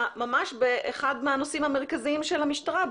ממש באחד הנושאים המרכזיים של המשטרה,